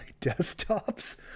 desktops